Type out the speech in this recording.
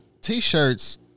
T-shirts